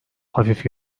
hafif